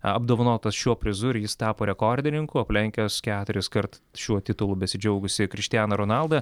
apdovanotas šiuo prizu ir jis tapo rekordininku aplenkęs keturiskart šiuo titulu besidžiaugusį krištianą ronaldą